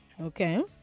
Okay